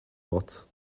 not